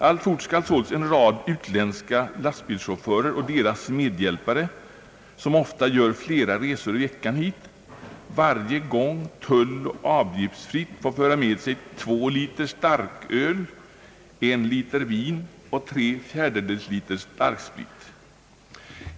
Alltfort skall således en rad utländska lastbilschaufförer och deras medhjälpare, som ofta gör flera resor i veckan hit, varje gång tulloch avgiftsfritt få föra med sig två liter starköl, en liter vin och tre fjärdedels liter starksprit.